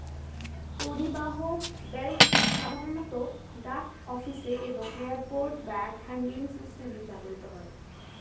পরিবাহক বেল্ট সাধারণত ডাক অফিসে এবং এয়ারপোর্ট ব্যাগ হ্যান্ডলিং সিস্টেমে ব্যবহৃত হয়